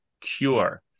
cure